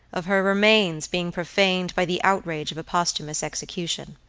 of her remains being profaned by the outrage of a posthumous execution.